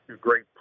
great